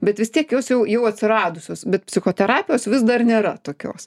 bet vis tiek jos jau jau atsiradusios bet psichoterapijos vis dar nėra tokios